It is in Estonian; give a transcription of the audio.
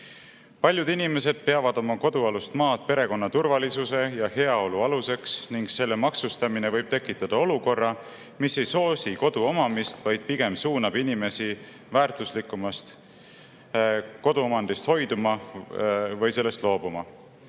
Paljud inimesed peavad oma kodu alust maad perekonna turvalisuse ja heaolu aluseks ning selle maksustamine võib tekitada olukorra, mis ei soosi kodu omamist, vaid pigem suunab inimesi väärtuslikumast koduomandist hoiduma või sellest loobuma.